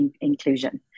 inclusion